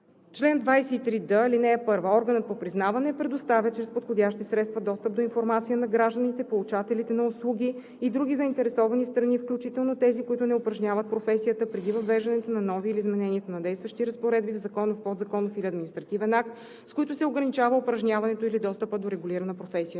Чл. 23д. (1) Органът по признаване предоставя чрез подходящи средства достъп до информация на гражданите, получателите на услуги и други заинтересовани страни, включително тези, които не упражняват професията, преди въвеждането на нови или изменението на действащи разпоредби в законов, подзаконов или административен акт, с които се ограничава упражняването или достъпът до регулирана професия.